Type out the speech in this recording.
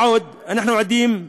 מה עוד שאנחנו עדים,